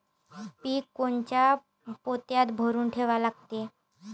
पीक कोनच्या पोत्यात भरून ठेवा लागते?